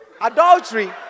Adultery